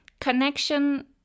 connection